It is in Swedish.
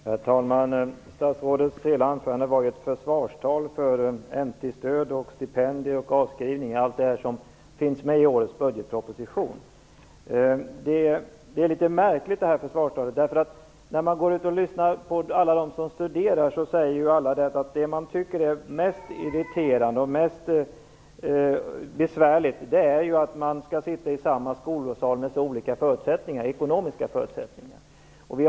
Herr talman! Statsrådets hela anförande var ett försvarstal för N/T-stöd, stipendier och avskrivningar - allt det som finns med i årets budgetproposition. Det försvarstalet är litet märkligt. När man talar med dem som studerar säger alla att det som de tycker är mest irriterande och besvärligt är att de skall sitta i samma skolsal med så olika ekonomiska förutsättningar.